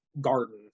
garden